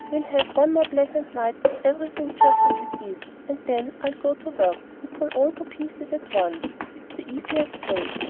we'll have one more pleasant night with everything just as it is, and then i'll go to work and pull all to pieces at once. it's the easiest way.